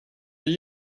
but